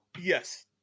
Yes